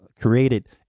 created